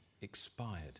expired